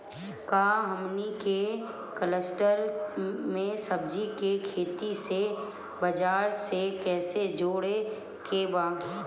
का हमनी के कलस्टर में सब्जी के खेती से बाजार से कैसे जोड़ें के बा?